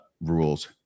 rules